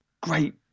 great